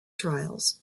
trials